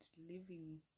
living